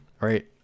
Right